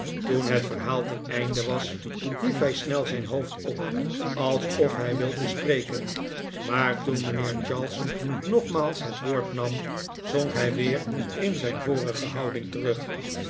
toen het verhaal ten einde was hief hij snel zijn hoofd op alsof hij wilde spreken maar toen mijnheer charles nogmaals het woord nam zonk hij weer in zijn vorige houding terug